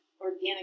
organic